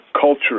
culture